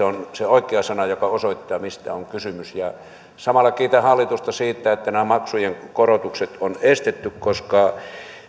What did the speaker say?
on se oikea sana joka osoittaa mistä on kysymys samalla kiitän hallitusta siitä että nämä maksujen korotukset on estetty koska